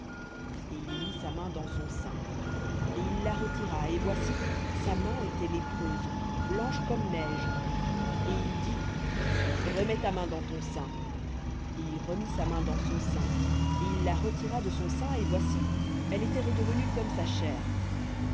et il mit sa main dans son sein et il la retira et voici sa main était lépreuse comme neige et il dit remets ta main dans ton sein et il remit sa main dans son sein et il la retira de son sein et voici elle était redevenue comme sa chair